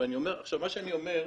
מה שאני אומר,